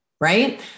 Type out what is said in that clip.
right